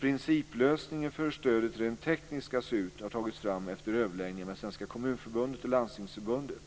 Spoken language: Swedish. Principlösningen för hur stödet rent tekniskt ska se ut har tagits fram efter överläggningar med Svenska kommunförbundet och Landstingsförbundet.